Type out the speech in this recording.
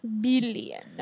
Billion